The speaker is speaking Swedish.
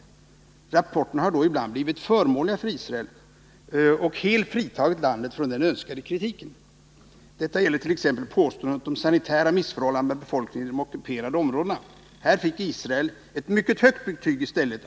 Om förhållandena Rapporterna har då ibland blivit förmånliga för Israel och helt fritagit landet från den önskade kritiken. Detta gäller t.ex. påståendet om sanitära missförhållanden bland befolkningen i de ockuperade områdena. Här fick Israel i stället ett mycket högt betyg av WHO.